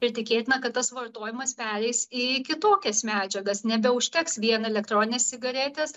ir tikėtina kad tas vartojimas pereis į kitokias medžiagas nebeužteks vien elektroninės cigaretės